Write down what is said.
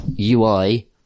UI